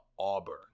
Auburn